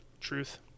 Truth